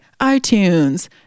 iTunes